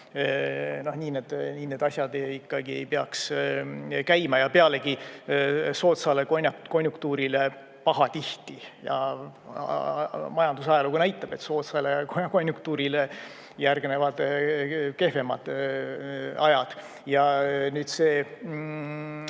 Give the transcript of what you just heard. Nii need asjad ikkagi ei peaks käima. Ja pealegi, soodsale konjunktuurile pahatihti, majandusajalugu näitab, et soodsale konjunktuurile järgnevad kehvemad ajad. Nüüd see